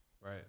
Right